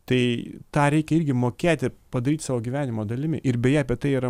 tai tą reikia irgi mokėti padaryti savo gyvenimo dalimi ir beje apie tai yra